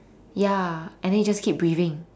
ya and then you just keep breathing